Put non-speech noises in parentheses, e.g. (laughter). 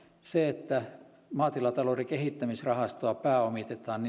se että maatilatalouden kehittämisrahastoa pääomitetaan (unintelligible)